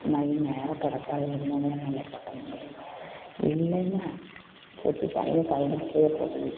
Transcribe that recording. நல்லா நேராக கடப்பாறை நல்லா தட்டமுடியும் இல்லைனா சுத்தி தனியாக கழண்டுட்டு போய்